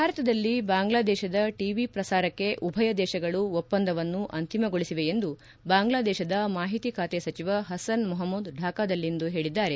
ಭಾರತದಲ್ಲಿ ಬಾಂಗ್ಲಾದೇಶದ ಟಿವಿ ಪ್ರಸಾರಕ್ಷೆ ಉಭಯ ದೇಶಗಳು ಒಪ್ಪಂದವನ್ನು ಅಂತಿಮಗೊಳಿಸಿವೆ ಎಂದು ಬಾಂಗ್ಲಾದೇಶದ ಮಾಹಿತಿ ಖಾತೆ ಸಚಿವ ಹಸನ್ ಮೊಹಮೂದ್ ಢಾಕಾದಲ್ಲಿಂದು ಹೇಳಿದ್ದಾರೆ